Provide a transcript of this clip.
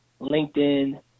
LinkedIn